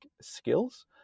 skills